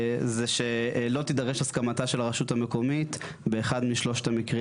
זה שלא תידרש הסכמתה של הרשות המקומית באחד משלושת המקרים